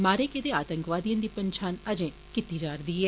मारे गेदे आतंकवादिएं दी पंछान अजें कीती जारदी ऐ